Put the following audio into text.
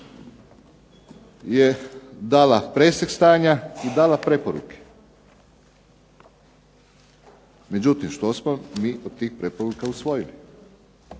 je dala presjek stanja i dala preporuke. Međutim, što smo mi od tih preporuka usvojili?